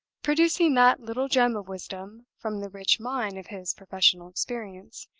producing that little gem of wisdom from the rich mine of his professional experience,